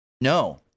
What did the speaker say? No